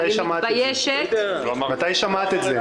אני מתביישת --- מתי שמעת את זה?